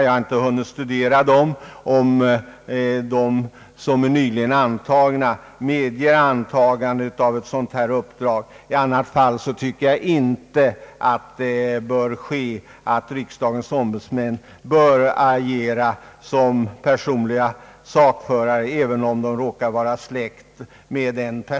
Jag har inte hunnit studera om de instruktioner, som nyligen är antagna, medger sådana här privata uppdrag. Är så inte fallet, tycker jag att det inte bör tillåtas att riksdagens ombudsmän agerar såsom personliga sakförare, även om de råkar vara släkt med personen i fråga.